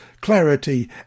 clarity